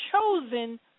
chosen